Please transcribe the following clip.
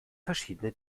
verschiedene